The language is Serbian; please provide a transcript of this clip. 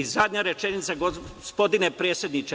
Zadnja rečenica, gospodine predsedniče.